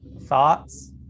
thoughts